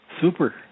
Super